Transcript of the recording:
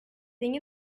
thing